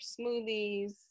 smoothies